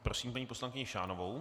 Prosím paní poslankyni Šánovou.